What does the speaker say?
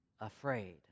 afraid